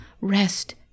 rest